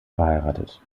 verheiratet